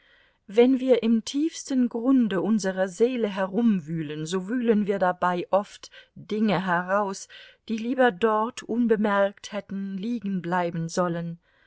wenn wir im tiefsten grunde unserer seele herumwühlen so wühlen wir dabei oft dinge heraus die lieber dort unbemerkt hätten liegenbleiben sollen